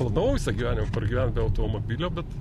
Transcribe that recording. planavau visą gyvenimą pagyvent be automobilio bet